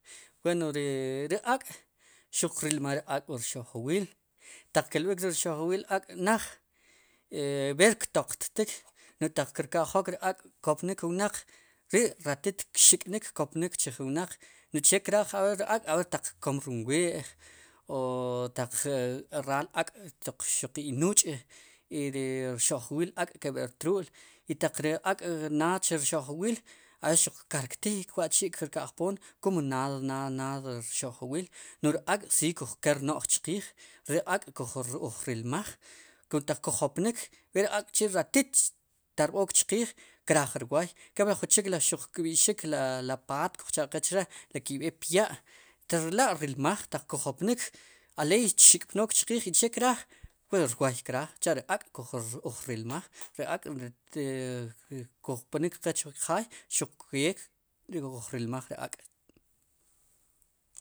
Wey ri ak' xuq rilmaj ri ak' ri rxo'jwil taq keln'ik ri rxo'jwil ak' naj ver kteqttik no'j taq kirka'jok ri ak' kopnik ri wnaq ri'ratit kxi'nik kopnik chij wnaq no'j che kraaj ri ak' kkom rom wi'j o taq raal ak' toq xuq inuch' i ri rxo'jwil ak' ke b'er rtru'l taq ri ak' nach rxo'jwiil a xuq kqerqtiik wa'chi' kirka'jpoom kum nad, nada rxo'jwil no'j ri ak'si kel rno'j chqiij ri ak'kuj rilmaj kum taq kujopnik ver ri ak' chi'ratit xtaqb'ook chqiij kraaj rwoy kepli jun chik ri kb'ixik la paat kuj cha'qe chre'ri ki' b'eek pya' kerla' rilmaj ataq kujopnik aley txik'pnook chqiij chek'kraaj rwoy kraaj ri ak'uj rilmaj ri ak' kuj opnik qe chjaay xuqke uj rilmaj ri ak'